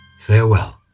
Farewell